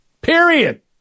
period